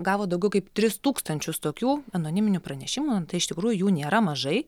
gavo daugiau kaip tris tūkstančius tokių anoniminių pranešimų tai iš tikrųjų jų nėra mažai